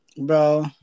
Bro